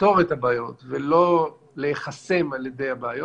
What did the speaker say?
לפתור את הבעיות ולא להיחסם על ידי הבעיות.